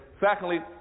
Secondly